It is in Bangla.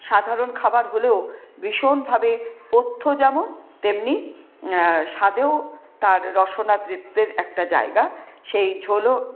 সাধারণ খাবার হলেও ভীষণভাবে পথ্য যেমন তেমনি স্বাদেও তার রসনাতৃপ্তের একটা জায়গা সেই ঝোলও